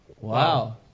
Wow